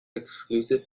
exclusive